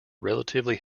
relatively